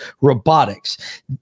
robotics